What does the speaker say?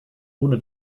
ohne